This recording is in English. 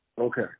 Okay